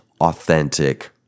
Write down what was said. authentic